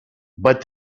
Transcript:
but